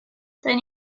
then